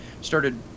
started